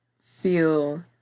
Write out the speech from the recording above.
feel